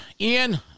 Ian